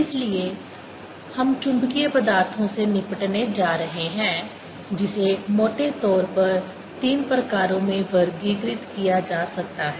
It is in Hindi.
इसलिए हम चुंबकीय पदार्थों से निपटने जा रहे हैं जिसे मोटे तौर पर तीन प्रकारों में वर्गीकृत किया जा सकता है